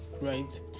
right